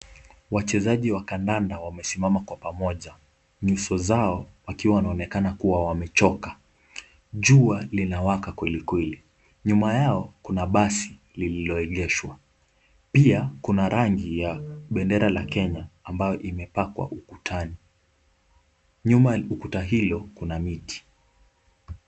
Wachezaji wa kandanda wamesimama kwa pamoja nyuso zao wakiwa wanaonekana kuwa wamechoka. Jua linawaka kweli kweli. Nyuma yao kuna basi lililoegeshwa. Pia kuna rangi ya bendera la Kenya ambayo imepakwa ukutani. Nyuma ukuta hilo kuna miti.